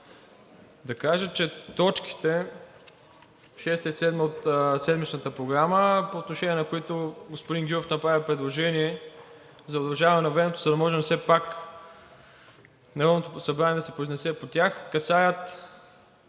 да кажа, че точките шеста и седма от седмичната програма, по отношение на които господин Гюров направи предложение за удължаване на времето, за да може все пак Народното събрание да се произнесе по тях, касаят